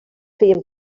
feien